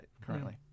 currently